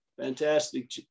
Fantastic